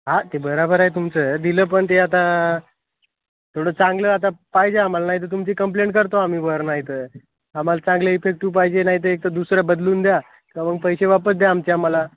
हां ते बराबर आहे तुमचं दिलं पण ते आता थोडं चांगलं आता पाहिजे आम्हाला नाही तर तुमची कंप्लेंट करतो आम्ही वर नाहीतर आम्हाला चांगलं इफेक्टिव्ह पाहिजे नाहीतर एक तर दुसऱ्या बदलून द्या का मग पैसे वापस द्या आमचे आम्हाला